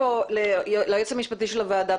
ליועץ המשפטי של הוועדה,